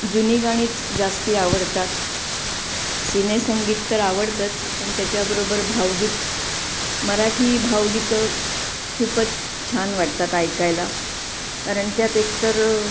जुनी गाणीच जास्त आवडतात सिनेसंगीत तर आवडतंच पण त्याच्याबरोबर भावगीत मराठी भावगीतं खूपच छान वाटतात ऐकायला कारण त्यात एकतर